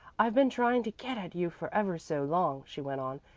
i've been trying to get at you for ever so long, she went on.